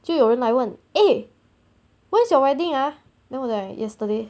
就有人来问 eh when is your wedding ah then 我 is like yesterday